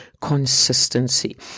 consistency